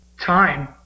time